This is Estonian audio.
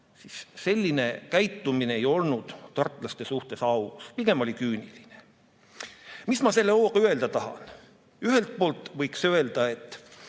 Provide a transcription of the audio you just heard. siis selline käitumine ei olnud tartlaste suhtes aus, pigem oli küüniline. Mis ma selle looga öelda tahan? Ühelt poolt võiks öelda, et